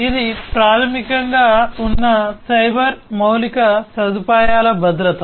ఇది ప్రాథమికంగా అక్కడ ఉన్న సైబర్ మౌలిక సదుపాయాల భద్రత